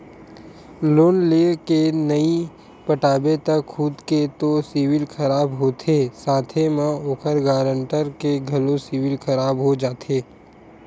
loan लेय के नइ पटाबे त खुद के तो सिविल खराब होथे साथे म ओखर गारंटर के घलोक सिविल खराब हो जाथे